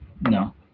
No